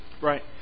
Right